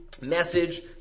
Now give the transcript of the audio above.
message